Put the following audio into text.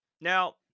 Now